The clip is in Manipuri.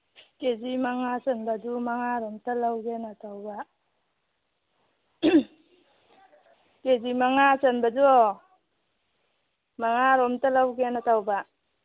ꯀꯦ ꯖꯤ ꯃꯉꯥ ꯆꯟꯕꯗꯨ ꯃꯉꯥꯔꯣꯝꯇ ꯂꯧꯒꯦꯅ ꯇꯧꯕ ꯀꯦ ꯖꯤ ꯃꯉꯥ ꯆꯟꯕꯗꯣ ꯃꯉꯥꯔꯣꯝꯇ ꯂꯧꯒꯦꯅ ꯇꯧꯕ